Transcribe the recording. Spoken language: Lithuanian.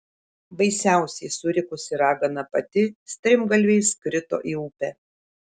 baisiausiai surikusi ragana pati strimgalviais krito į upę